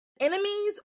enemies